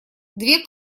две